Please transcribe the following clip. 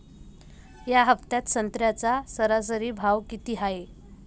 या हफ्त्यात संत्र्याचा सरासरी भाव किती हाये?